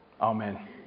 Amen